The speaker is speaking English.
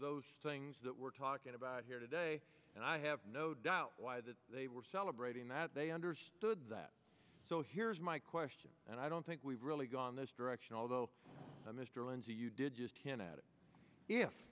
those things that we're talking about here today and i have no doubt that they were celebrating that they understood that so here's my question and i don't think we've really gone this direction although